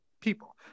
people